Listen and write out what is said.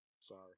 Sorry